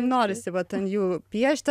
norisi vat ant jų piešti